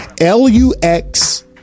L-U-X